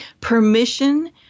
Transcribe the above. permission